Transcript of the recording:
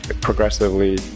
progressively